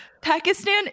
Pakistan